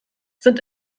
sind